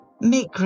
make